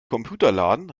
computerladen